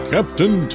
Captain